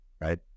right